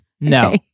No